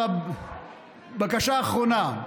בקשה אחרונה.